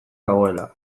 dagoela